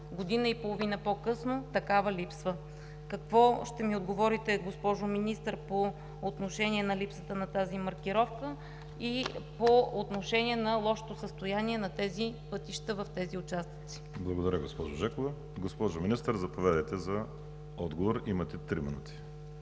Година и половина по-късно такава липсва. Какво ще ми отговорите, госпожо Министър, по отношение на липсата на тази маркировка и по отношение на лошото състояние на пътищата в тези участъци? ПРЕДСЕДАТЕЛ ВАЛЕРИ СИМЕОНОВ: Благодаря, госпожо Клисурска. Госпожо Министър, заповядайте за отговор – имате три минути.